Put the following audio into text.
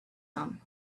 him